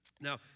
Now